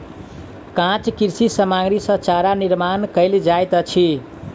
काँच कृषि सामग्री सॅ चारा निर्माण कयल जाइत अछि